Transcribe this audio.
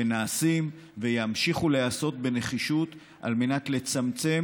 שנעשים וימשיכו להיעשות בנחישות על מנת לצמצם